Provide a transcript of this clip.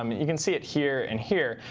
um you can see it here and here.